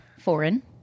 Foreign